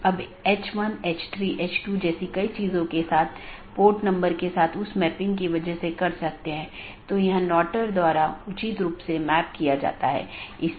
दूसरा अच्छी तरह से ज्ञात विवेकाधीन एट्रिब्यूट है यह विशेषता सभी BGP कार्यान्वयन द्वारा मान्यता प्राप्त होनी चाहिए